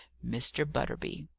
mr. butterby.